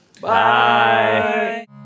Bye